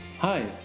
Hi